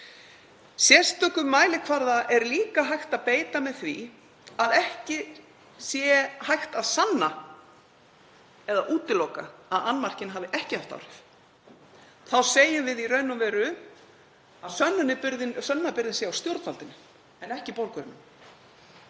Sérstökum mælikvarða er líka hægt að beita með því að ekki sé hægt að sanna eða útiloka að annmarkinn hafi ekki haft áhrif. Þá segjum við í raun og veru að sönnunarbyrði sé á stjórnvaldinu en ekki borgurunum.